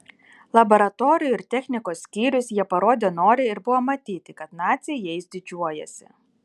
laboratorijų ir technikos skyrius jie parodė noriai ir buvo matyti kad naciai jais didžiuojasi